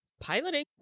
piloting